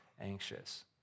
anxious